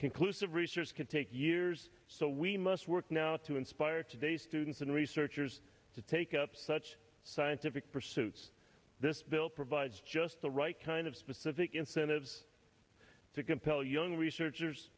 conclusive research can take years so we must work now to inspire today's students and researchers to take up such scientific pursuits this bill provides just the right kind of specific incentives to compel young researchers